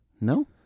No